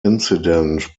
incident